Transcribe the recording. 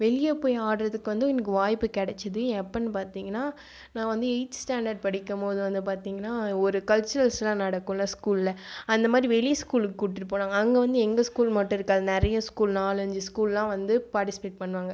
வெளியே போய் ஆடுவதுக்கு வந்து எனக்கு வாய்ப்பு கெடைச்சிது எப்போன்னு பார்த்தீங்கன்னா நான் வந்து எயித் ஸ்டாண்டர்ட் படிக்கும்போது வந்து பார்த்தீங்கன்னா ஒரு கல்ச்சுரல்ஸ்லாம் நடக்கும்ல ஸ்கூலில் அந்தமாதிரி வெளி ஸ்கூலுக்கு கூட்டிட்டு போனாங்க அங்கே வந்து எங்கள் ஸ்கூல் மட்டும் இருக்காது நிறைய ஸ்கூல் நாலஞ்சு ஸ்கூல்லாம் வந்து பார்ட்டிசிபேட் பண்ணுவாங்க